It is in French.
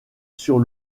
sur